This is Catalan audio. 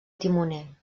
timoner